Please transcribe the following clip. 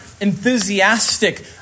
enthusiastic